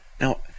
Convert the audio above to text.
now